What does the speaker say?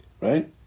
Right